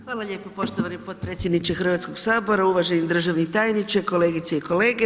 Hvala lijepo poštovani potpredsjedniče Hrvatskog sabora, uvaženi državni tajniče, kolegice i kolege.